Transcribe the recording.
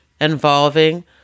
involving